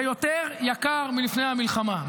זה יותר יקר מלפני המלחמה,